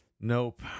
Nope